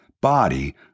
body